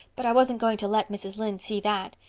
but i wasn't going to let mrs. lynde see that.